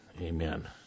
Amen